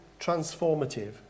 transformative